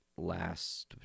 Last